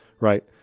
right